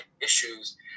issues